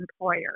employer